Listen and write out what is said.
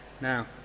Now